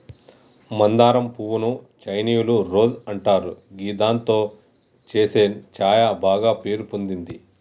మందారం పువ్వు ను చైనీయుల రోజ్ అంటారు గిదాంతో చేసే ఛాయ బాగ పేరు పొందింది